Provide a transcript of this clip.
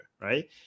right